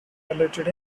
highlighted